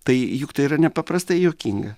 tai juk tai yra nepaprastai juokinga